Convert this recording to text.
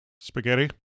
Spaghetti